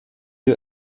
you